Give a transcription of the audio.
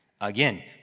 Again